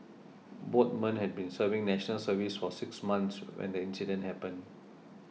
both men had been serving National Service for six months when the incident happened